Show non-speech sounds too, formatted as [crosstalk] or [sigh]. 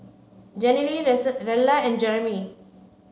Jenilee [unintelligible] Rella and Jeremy